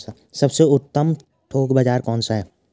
सबसे उत्तम थोक बाज़ार कौन सा है?